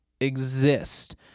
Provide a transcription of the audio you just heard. exist